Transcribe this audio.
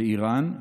באיראן,